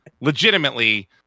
legitimately